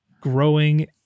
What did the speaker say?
growing